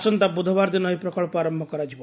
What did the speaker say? ଆସନ୍ତା ବ୍ରଧବାର ଦିନ ଏହି ପ୍ରକଳ୍ପ ଆରମ୍ଭ କରାଯିବ